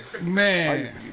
Man